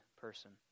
person